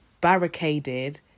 barricaded